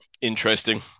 interesting